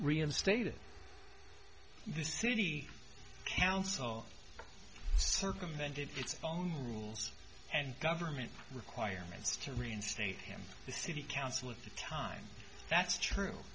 reinstated the city council circumvented its own rules and government requirements to reinstate him the city council of the time that's true